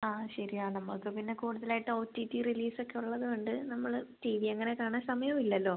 ആ ശരിയാണ് നമ്മൾക്ക് പിന്നെ കൂടുതലായിട്ട് ഒ ടി ടി റിലീസൊക്കെ ഉള്ളതുകൊണ്ട് നമ്മൾ ടി വി അങ്ങനെ കാണാൻ സമയവും ഇല്ലല്ലോ